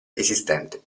esistente